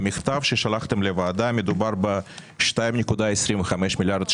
במכתב ששלחתם לוועדה מדובר ב-2.25 מיליארד,